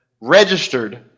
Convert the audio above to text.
registered